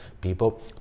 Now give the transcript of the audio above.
people